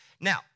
Now